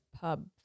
pub